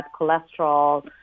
cholesterol